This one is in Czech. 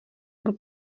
byl